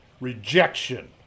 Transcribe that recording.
rejection